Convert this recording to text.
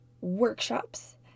workshops